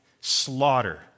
slaughter